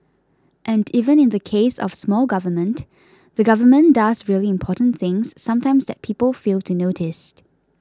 and even in the case of small government the government does really important things sometimes that people fail to notice